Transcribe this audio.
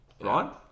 Right